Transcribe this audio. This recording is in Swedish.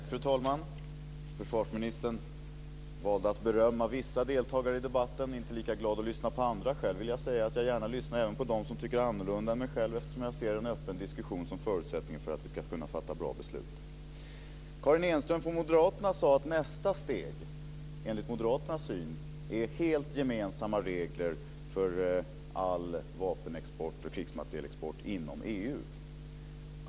Fru talman! Försvarsministern valde att berömma vissa deltagare i debatten medan han inte var lika glad över att lyssna på vissa andra. Själv lyssnar jag även på dem som tycker annorlunda än mig själv, eftersom jag ser en öppen diskussion som förutsättningen för att vi ska kunna fatta bra beslut. Karin Enström från moderaterna sade att nästa steg, enligt moderaternas syn, är helt gemensamma regler för all vapenexport och krigsmaterielexport inom EU.